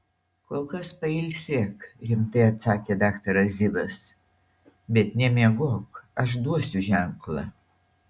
kol kas pailsėk rimtai atsakė daktaras zivas bet nemiegok aš duosiu ženklą